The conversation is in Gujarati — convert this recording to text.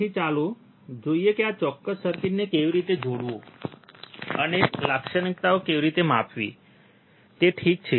તેથી ચાલો જોઈએ કે આ ચોક્કસ સર્કિટને કેવી રીતે જોડવું અને લાક્ષણિકતાઓને કેવી રીતે માપવી તે ઠીક છે